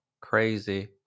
crazy